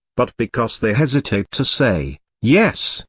but because they hesitate to say, yes,